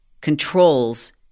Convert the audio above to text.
controls